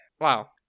wow